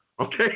okay